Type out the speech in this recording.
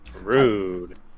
Rude